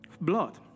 blood